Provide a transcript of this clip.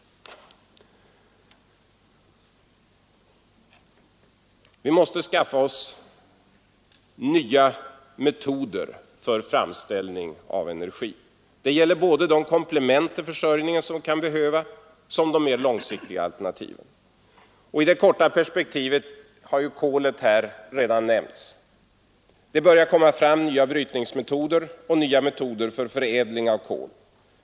Vi måste skaffa oss nya metoder för framställning av energi. Det gäller både de komplement till vår försörjning, som kan behövas, som de mer långsiktiga alternativen. I det korta perspektivet har kolet redan nämnts. Det börjar komma fram nya brytningsmetoder och nya metoder för förädling av kol.